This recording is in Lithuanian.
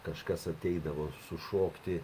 kažkas ateidavo sušokti